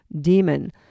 demon